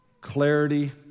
clarity